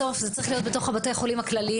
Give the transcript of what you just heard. בסוף זה צריך להיות בבתי החולים הכלליים.